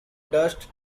dust